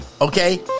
okay